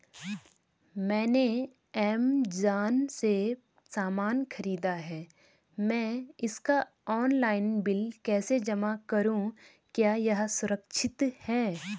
मैंने ऐमज़ान से सामान खरीदा है मैं इसका ऑनलाइन बिल कैसे जमा करूँ क्या यह सुरक्षित है?